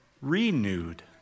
renewed